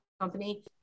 company